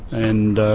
and ah